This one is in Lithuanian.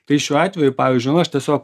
tai šiuo atveju pavyzdžiui na aš tiesiog